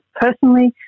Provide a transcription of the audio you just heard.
personally